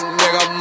nigga